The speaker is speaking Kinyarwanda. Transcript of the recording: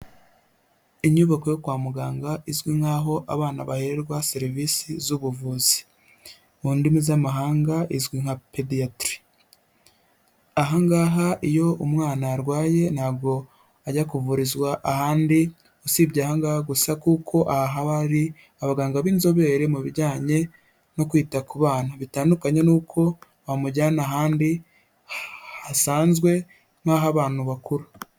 Inyubako yo kwa muganga izwi nk'aho abana baherwa serivisi z'ubuvuzi, mu ndimi z'amahanga izwi nka pediyatiri, aha ngaha iyo umwana arwaye ntabwo ajya kuvurizwa ahandi usibye angaha gusa, kuko aha haba hari abaganga b'inzobere mu bijyanye no kwita ku bana, bitandukanye n'uko bamujyana ahandi hasanzwe nk'ahabantu bakuru.